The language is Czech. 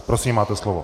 Prosím, máte slovo.